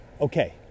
Okay